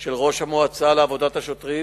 של ראש המועצה לעבודת השוטרים,